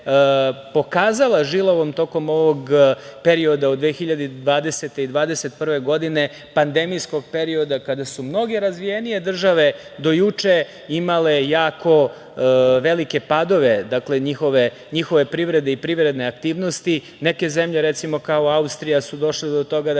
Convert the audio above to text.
pokazala žilavom tokom ovog perioda od 2020. i 2021. godine, pandemijskog perioda kada su mnoge razvijenije države do juče imale jako velike padove njihove privrede i privredne aktivnosti. Neke zemlje, recimo, kao Austrija su došle do toga da